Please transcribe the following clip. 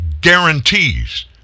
guarantees